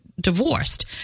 divorced